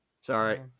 Sorry